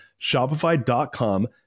Shopify.com